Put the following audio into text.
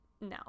no